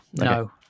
no